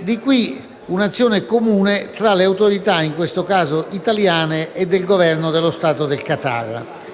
Di qui, un'azione comune tra le autorità italiane e del Governo dello Stato del Qatar.